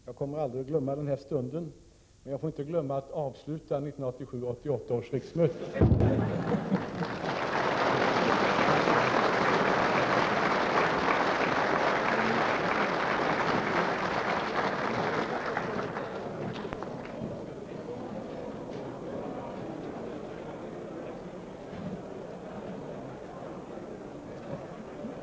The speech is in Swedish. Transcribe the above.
Jag kommer aldrig att glömma den här stunden, men jag får inte heller glömma att avsluta 1987/88 års riksmöte.